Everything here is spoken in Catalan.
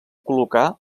col·locar